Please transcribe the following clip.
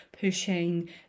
pushing